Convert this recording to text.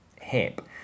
hip